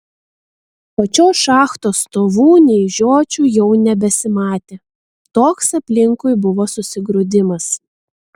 pačios šachtos stovų nei žiočių jau nebesimatė toks aplinkui buvo susigrūdimas